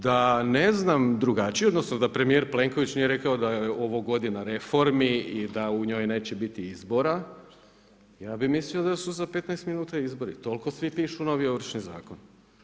Da ne znam drugačije odnosno da premijer Plenković nije rekao da je ovo godina reformi i da u njoj neće biti izbora, ja bi mislio da su za 15 minuta izbori, toliko svi pišu novi Ovršni zakon.